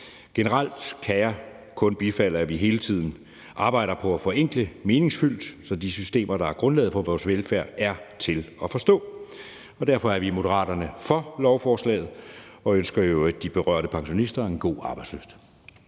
Generelt kan jeg kun bifalde, at vi hele tiden arbejder på at forenkle meningsfyldt, så de systemer, der er grundlaget for vores velfærd, er til at forstå. Og derfor er vi i Moderaterne for lovforslaget og ønsker i øvrigt de berørte pensionister en god arbejdslyst.